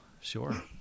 sure